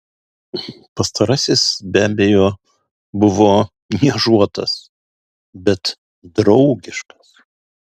pastarasis be abejo buvo niežuotas bet draugiškas